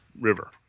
river